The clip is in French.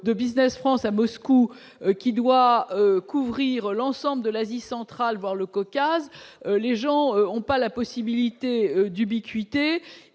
de Business France à Moscou, qui doit couvrir l'ensemble de l'Asie centrale, voire le Caucase, les gens ont pas la possibilité d'ubiquité